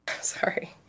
sorry